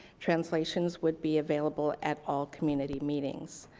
translations would be available at all community meetings.